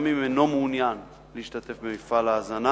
גם אם אינו מעוניין להשתתף במפעל ההזנה.